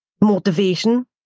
motivation